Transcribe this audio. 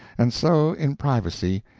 and so, in privacy,